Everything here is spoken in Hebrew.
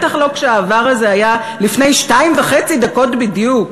בטח לא כשהעבר הזה היה לפני שתיים וחצי דקות בדיוק.